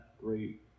great